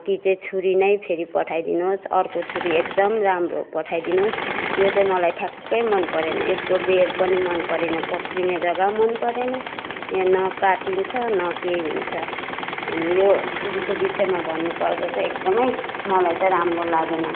कि चाहिँ छुरी नै फेरि पठाइदिनुहोस् अर्को छुरी एकदम राम्रो पठाइदिनुहोस् यो चाहिँ मलाई ठ्याक्कै मन परेन यसको बेँड पनि मन परेन पक्रिने जग्गा मन परेन यहाँ न काटिन्छ न केही हुन्छ अनि यो छुरीको विषयमा भन्नु पर्दा चाहिँ एकदमै मलाई चाहिँ राम्रो लागेन